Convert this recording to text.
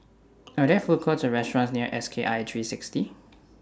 Are There Food Courts Or restaurants near S K I three sixty